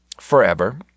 forever